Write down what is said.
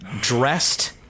dressed